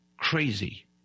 crazy